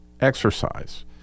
exercise